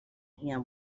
him